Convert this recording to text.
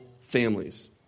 families